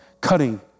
cutting